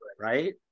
right